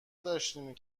داشتین